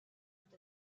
with